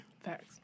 Thanks